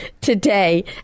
today